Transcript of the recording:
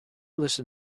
listen